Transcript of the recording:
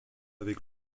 avec